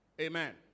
Amen